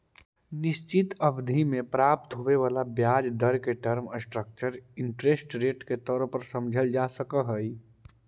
निश्चित अवधि में प्राप्त होवे वाला ब्याज दर के टर्म स्ट्रक्चर इंटरेस्ट रेट के तौर पर समझल जा सकऽ हई